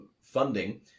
funding